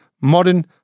modern